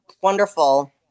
wonderful